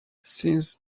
since